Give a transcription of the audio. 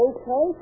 Okay